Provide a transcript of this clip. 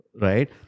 Right